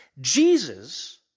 Jesus